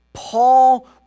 Paul